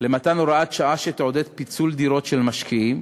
למתן הוראת שעה שתעודד פיצול דירות של משקיעים,